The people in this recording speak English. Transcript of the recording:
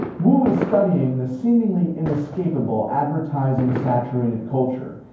wu is studying the seemingly inescapable advertising saturated culture.